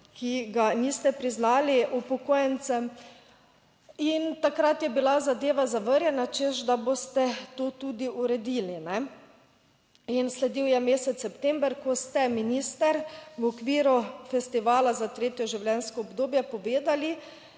ki ga niste priznali upokojencem in takrat je bila zadeva zavrnjena, češ, da boste to tudi uredili. Sledil je mesec september, ko ste minister v okviru Festivala za tretje življenjsko obdobje povedali,